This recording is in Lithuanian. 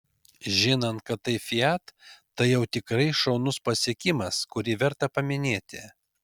žinant kad tai fiat tai jau tikrai šaunus pasiekimas kurį verta paminėti